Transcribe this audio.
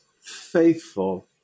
faithful